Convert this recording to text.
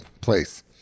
place